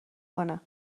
کنه